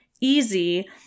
easy